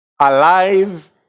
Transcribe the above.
alive